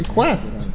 Quest